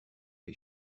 les